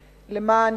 אף פעם אין